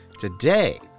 Today